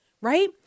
right